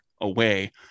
away